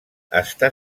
està